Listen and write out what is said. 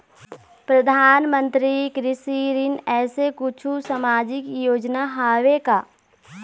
परधानमंतरी कृषि ऋण ऐसे कुछू सामाजिक योजना हावे का?